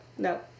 No